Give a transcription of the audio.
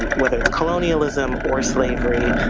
whether it's colonialism or slavery,